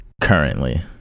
currently